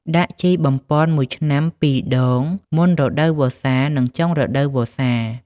ដាក់ជីបំប៉ន ១ឆ្នាំ ២ដង មុនរដូវវស្សា និងចុងរដូវវស្សា។